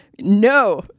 no